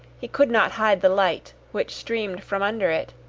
he could not hide the light which streamed from under it,